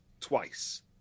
twice